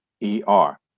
E-R